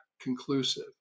conclusive